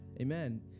Amen